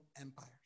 empires